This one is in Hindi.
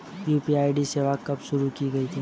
यू.पी.आई सेवा कब शुरू की गई थी?